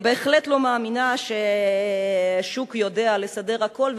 אני בהחלט לא מאמינה שהשוק יודע לסדר הכול.